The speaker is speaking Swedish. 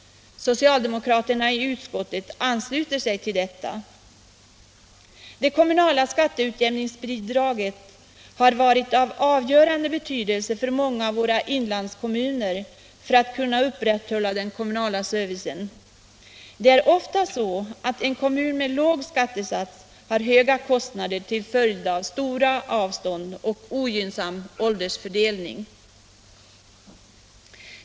Socialdemokraterna i utskottet ansluter sig till detta. Det kommunala skatteutjämningsbidraget har varit av avgörande betydelse för många av våra inlandskommuner när det gäller deras möjligheter att upprätthålla den kommunala servicen. Det är ofta så, att en kommun med låg skattesats har höga kostnader till följd av stora avstånd och ogynnsam åldersfördelning.